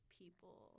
people